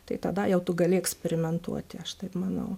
tai tada jau tu gali eksperimentuoti aš taip manau